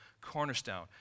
cornerstone